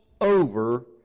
over